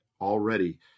Already